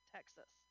Texas